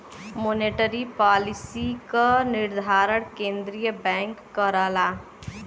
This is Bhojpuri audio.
मोनेटरी पालिसी क निर्धारण केंद्रीय बैंक करला